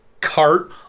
cart